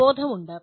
അവബോധമുണ്ട്